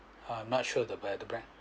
I'm not sure about the bank